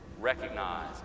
recognize